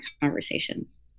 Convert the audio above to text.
conversations